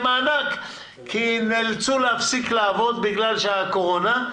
מענק כי נאלצו להפסיק לעבוד בגלל הקורונה,